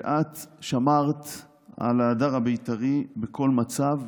את שמרת על ההדר הבית"רי בכל מצב,